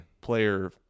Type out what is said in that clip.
player